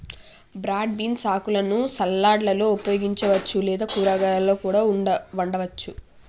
broad beans ఆకులను సలాడ్లలో ఉపయోగించవచ్చు లేదా కూరగాయాలా కూడా వండవచ్చు